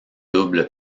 double